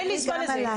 אין לי זמן לזה,